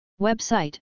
Website